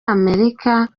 amerika